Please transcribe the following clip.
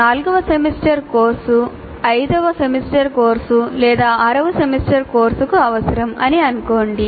నాల్గవ semester course 5 వ semester course లేదా 6 వ సెమిస్టర్ కోర్సుకు అవసరం అని అనుకోండి